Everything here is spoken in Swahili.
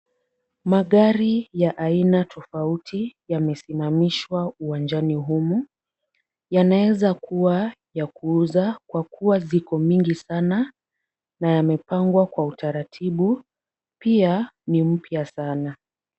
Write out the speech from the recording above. Magari ya aina tofauti yamesimamishwa uwanjani humu. Yanaweza kuwa ya kuuza kwa kuwa ziko mingi sana na yamepangwa kwa utaratibu. Pia ni mpya sana.